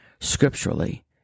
scripturally